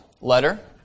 letter